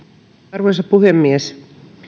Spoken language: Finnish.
arvoisa puhemies